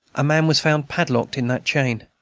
a man was found padlocked in that chain.